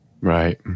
Right